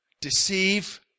Deceive